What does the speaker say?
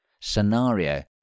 scenario